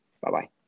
Bye-bye